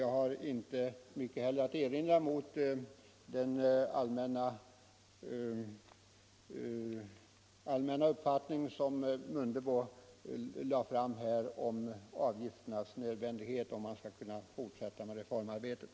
Jag har inte heller mycket att erinra mot den allmänna uppfattning som herr Mundebo redovisade rörande avgifternas nödvändighet, om vi skall kunna fortsätta med reformarbetet.